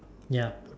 ya